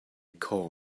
coal